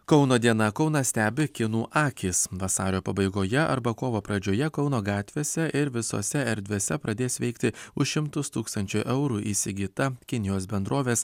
kauno diena kauną stebi kinų akys vasario pabaigoje arba kovo pradžioje kauno gatvėse ir visose erdvėse pradės veikti už šimtus tūkstančių eurų įsigyta kinijos bendrovės